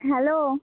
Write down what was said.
hello